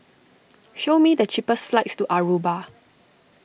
show me the cheapest flights to Aruba